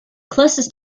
closest